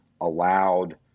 allowed